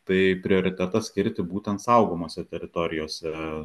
tai prioritetą skirti būtent saugomose teritorijose